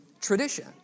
tradition